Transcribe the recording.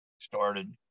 started